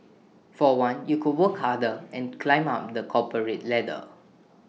for one you could work harder and climb up the corporate ladder